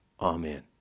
Amen